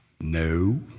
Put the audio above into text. No